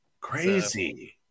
Crazy